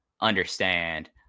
understand